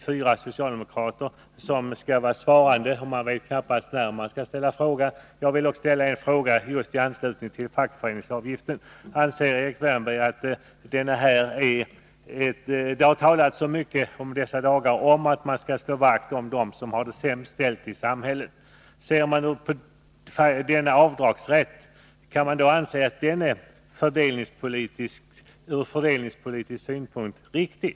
Fyra socialdemokrater skall vara svarande, och man vet knappast när man skall ställa frågor. Jag vill dock ställa en fråga just i anslutning till fackföreningsavgiften. Det har i dessa dagar talats så mycket om att man skall slå vakt om dem som har det sämst ställt i samhället. Kan man mot den bakgrunden anse att denna avdragsrätt är ur fördelningspolitisk synpunkt riktig?